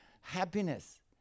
happiness